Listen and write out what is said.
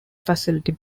facility